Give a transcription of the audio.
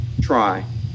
try